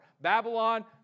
Babylon